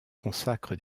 consacre